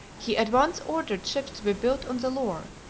he at once ordered ships to be built on the loire,